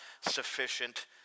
sufficient